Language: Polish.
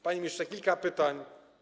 Panie ministrze, kilka pytań.